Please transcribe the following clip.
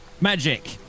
magic